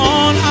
on